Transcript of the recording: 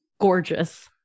Gorgeous